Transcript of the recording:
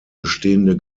bestehende